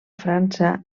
frança